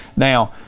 now,